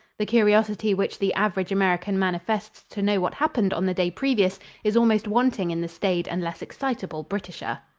the curiosity which the average american manifests to know what happened on the day previous is almost wanting in the staid and less excitable britisher.